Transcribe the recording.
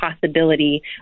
possibility